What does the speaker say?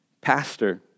pastor